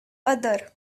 other